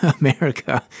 America